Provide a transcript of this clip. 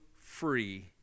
free